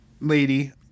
lady